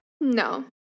No